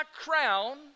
crown